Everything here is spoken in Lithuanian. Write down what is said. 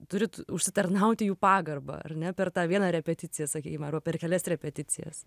turit užsitarnauti jų pagarbą ar ne per tą vieną repeticiją sakykim arba per kelias repeticijas